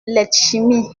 letchimy